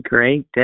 Great